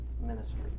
ministry